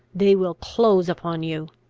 they will close upon you.